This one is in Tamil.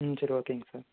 ம் சரி ஓகேங்க சார்